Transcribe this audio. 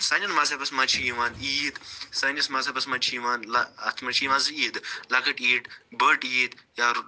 سانیٚن مذہبَس منٛز چھِ یِوان عیٖد سٲنِس مذہبَس منٛز چھِ یِوان اَتھ منٛز چھِ یِوان زٕ عیٖدٕ لۄکٕٹۍ عیٖد بٔڑ عیٖد یا